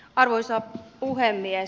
arvoisa puhemies